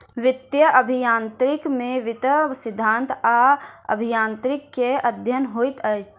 वित्तीय अभियांत्रिकी में वित्तीय सिद्धांत आ अभियांत्रिकी के अध्ययन होइत अछि